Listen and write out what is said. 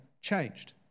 changed